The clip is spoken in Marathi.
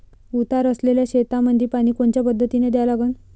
उतार असलेल्या शेतामंदी पानी कोनच्या पद्धतीने द्या लागन?